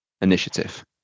initiative